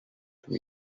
from